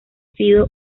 sido